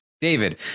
David